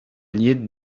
llit